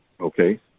Okay